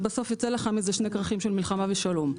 ובסוף יוצא לך מזה שני כרכים של מלחמה ושלום.